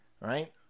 right